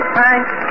thanks